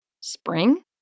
Spring